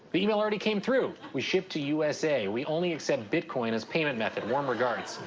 the email already came through. we ship to u s a. we only accept bitcoin as payment method. warm regards.